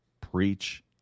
preach